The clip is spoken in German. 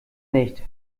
nicht